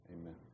Amen